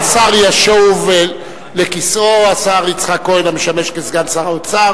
השר ישוב לכיסאו, השר יצחק כהן, המשמש כשר האוצר,